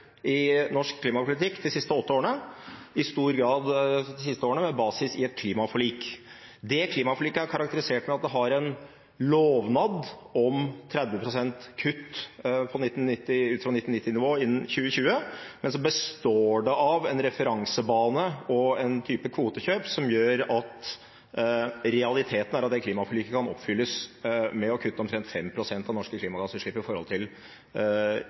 i norsk klimapolitikk de siste åtte årene, i stor grad de siste årene med basis i et klimaforlik. Det klimaforliket er karakterisert ved at det har en lovnad om 30 pst. kutt fra 1990-nivå innen 2020, men så består det av en referansebane og en type kvotekjøp som gjør at realiteten er at det klimaforliket kan oppfylles ved å kutte omtrent 5 pst. av norske klimagassutslipp i forhold til